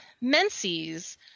menses